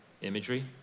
imagery